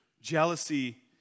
Jealousy